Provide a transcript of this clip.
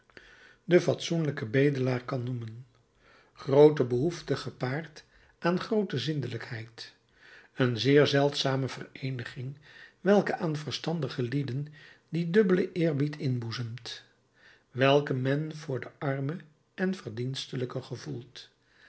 den fatsoenlijken bedelaar kan noemen groote behoefte gepaard aan groote zindelijkheid een zeer zeldzame vereeniging welke aan verstandige lieden dien dubbelen eerbied inboezemt welken men voor den arme en verdienstelijke gevoelt